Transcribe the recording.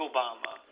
Obama